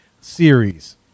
series